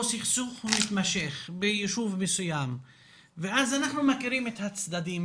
סכסוך מתמשך ביישוב מסוים ואז אנחנו מכירים את הצדדים,